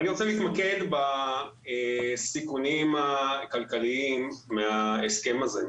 אני רוצה להתמקד בסיכונים הכלכליים מההסכם הזה.